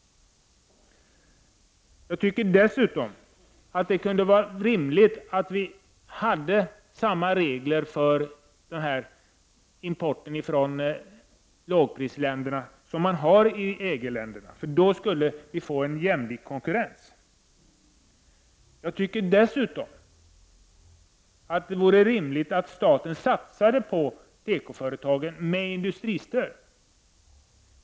Jag tycker dessutom att det kunde vara rimligt att vi hade samma regler för importen från lågprisländerna som EG-länderna har. Då skulle vi få en jämlik konkurrens. Jag tycker dessutom att det vore rimligt att staten satsade på tekoföretagen med industristöd.